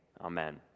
Amen